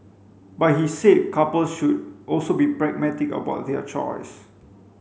but he said couples should also be pragmatic about their choice